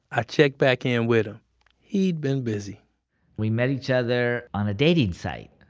i checked back in with him he'd been busy we met each other on a dating site.